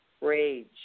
rage